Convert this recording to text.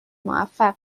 موفق